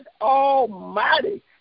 Almighty